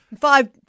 Five